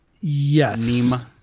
Yes